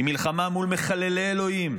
היא מלחמה מול מחללי אלוהים,